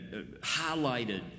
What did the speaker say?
highlighted